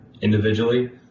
individually